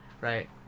right